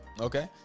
Okay